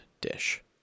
dish